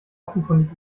offenkundig